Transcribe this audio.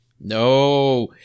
No